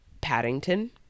Paddington